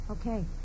Okay